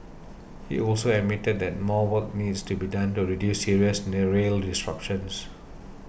he also admitted that more work needs to be done to reduce serious the rail disruptions